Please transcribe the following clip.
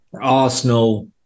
Arsenal